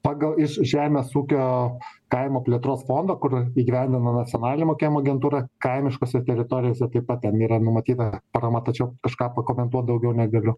pagal žemės ūkio kaimo plėtros fondo kur įgyvendina nacionalinė mokėjimo agentūra kaimiškose teritorijose taip pat ten yra numatyta parama tačiau kažką pakomentuot daugiau negaliu